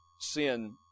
sin